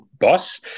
boss